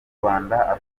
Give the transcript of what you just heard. rwanda